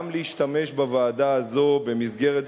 גם להשתמש בוועדה הזאת במסגרת,